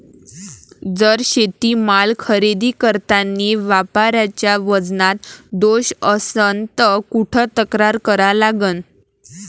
जर शेतीमाल खरेदी करतांनी व्यापाऱ्याच्या वजनात दोष असन त कुठ तक्रार करा लागन?